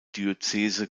diözese